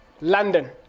London